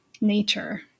nature